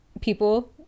people